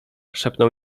szepnął